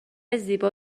زیبا